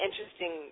interesting